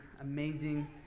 amazing